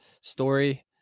story